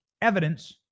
evidence